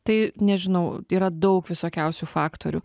tai nežinau yra daug visokiausių faktorių